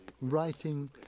writing